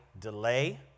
delay